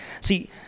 See